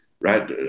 Right